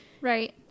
Right